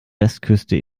westküste